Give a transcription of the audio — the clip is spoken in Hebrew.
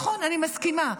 נכון, אני מסכימה.